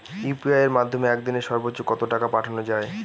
UPI এর মাধ্যমে এক দিনে সর্বচ্চ কত টাকা পাঠানো যায়?